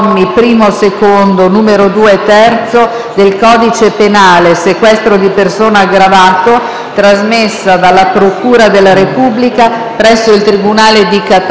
trasmessa dalla Procura della Repubblica presso il Tribunale di Catania il 23 gennaio 2019». La relazione è stata stampata e distribuita.